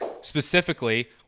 specifically